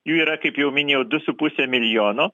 jų yra kaip jau minėjau du su puse milijono